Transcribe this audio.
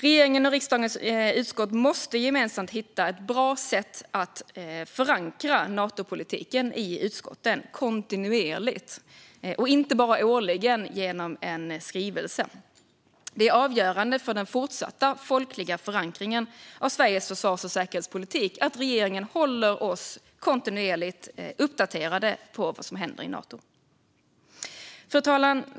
Regeringen och riksdagens utskott måste gemensamt hitta ett bra sätt att förankra Natopolitiken i utskotten kontinuerligt, inte bara årligen genom en skrivelse. Det är avgörande för den fortsatta folkliga förankringen av Sveriges försvars och säkerhetspolitik att regeringen håller oss kontinuerligt uppdaterade om vad som händer i Nato. Fru talman!